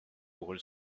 puhul